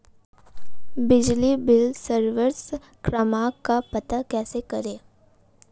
बिजली bill service क्रमांक का पता कैसे करें?